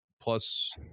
Plus